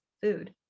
food